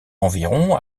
environ